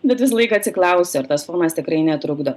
bet visąlaik atsiklausiu ar tas fonas tikrai netrukdo